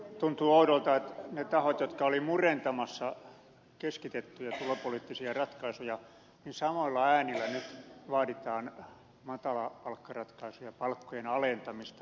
tuntuu oudolta että niiden tahojen jotka olivat murentamassa keskitettyjä tulopoliittisia ratkaisuja samoilla äänillä nyt vaaditaan matalapalkkaratkaisuja palkkojen alentamista jopa